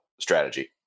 strategy